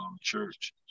Church